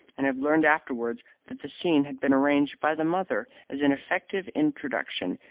and have learned afterwards that the scene had been arranged by the mother as an effective introduction,